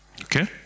Okay